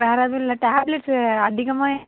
வேறு எதுவும் இல்லை டேப்லெட்ஸு அதிகமாக